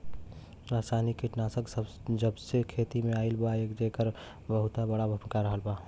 रासायनिक कीटनाशक जबसे खेती में आईल बा येकर बहुत बड़ा भूमिका रहलबा